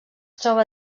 troba